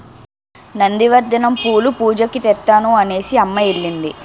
నంది వర్ధనం పూలు పూజకి తెత్తాను అనేసిఅమ్మ ఎల్లింది